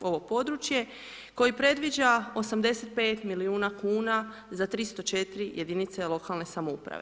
ovo područje, koji predviđa 85 milijuna kuna za 304 jedinice lokalne samouprave.